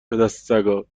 پدسگا